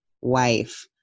wife